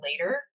later